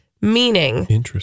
Meaning